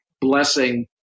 blessing